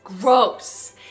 gross